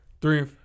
Three